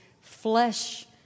flesh